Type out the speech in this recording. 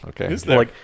Okay